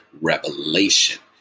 revelation